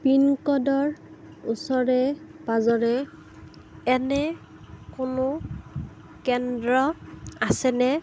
পিনক'ডৰ ওচৰে পাঁজৰে এনে কোনো কেন্দ্ৰ আছেনে